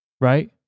Right